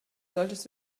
solltest